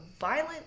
violent